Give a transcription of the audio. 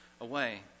away